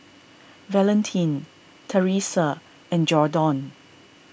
Valentin Teressa and Jordon